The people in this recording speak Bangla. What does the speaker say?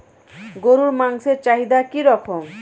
গরুর মাংসের চাহিদা কি রকম?